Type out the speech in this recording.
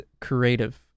creative